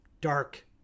dark